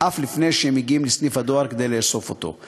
אף לפני שהם מגיעים לסניף הדואר כדי לאסוף אותו.